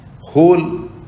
whole